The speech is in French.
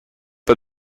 pas